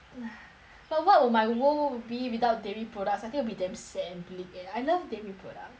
but what will my world be without dairy products I think will be damn sad and bleak leh I love dairy products that's why I'm fat